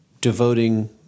devoting